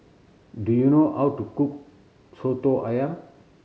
do you know how to cook Soto Ayam